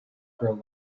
grow